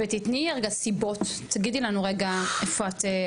ותתני רגע סיבות תגידי לנו רגע איפה את,